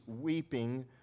weeping